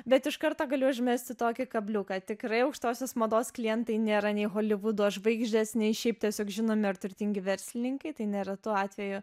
bet iš karto galiu užmesti tokį kabliuką tikrai aukštosios mados klientai nėra nei holivudo žvaigždės nei šiaip tiesiog žinomi ar turtingi verslininkai tai neretu atveju